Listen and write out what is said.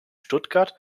stuttgart